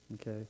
Okay